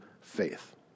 faith